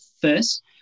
first